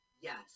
Yes